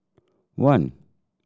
one